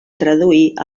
traduir